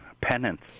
penance